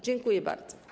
Dziękuję bardzo.